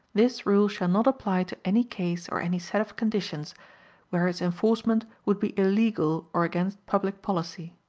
this rule shall not apply to any case or any set of conditions where its enforcement would be illegal or against public policy.